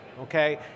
Okay